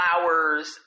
flowers